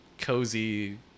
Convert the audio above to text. cozy